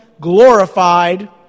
glorified